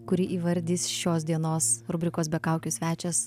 kurį įvardys šios dienos rubrikos be kaukių svečias